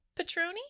Patroni